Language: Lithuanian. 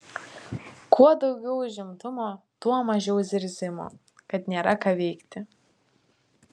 kuo daugiau užimtumo tuo mažiau zirzimo kad nėra ką veikti